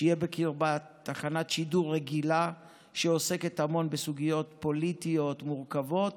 שתהיה בקרבה תחנת שידור רגילה שעוסקת המון בסוגיות פוליטיות מורכבות,